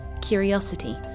curiosity